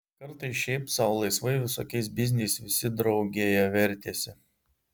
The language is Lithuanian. kartais šiaip sau laisvai visokiais bizniais visi draugėje vertėsi